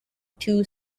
two